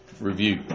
review